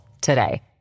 today